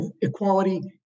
Equality